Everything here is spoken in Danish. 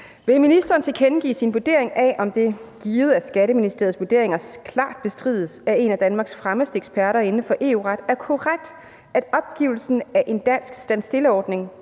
Vil ministeren tilkendegive sin vurdering af, om det – givet at Skatteministeriets vurderinger klart bestrides af en af Danmarks fremmeste eksperter inden for EU-ret – er korrekt, at opgivelsen af en dansk standstillordning,